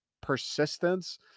persistence